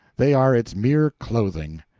they are its mere clothing,